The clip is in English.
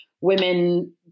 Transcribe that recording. women